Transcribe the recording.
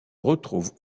retrouvent